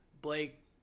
Blake